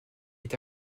est